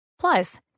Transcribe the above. Plus